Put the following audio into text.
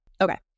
Okay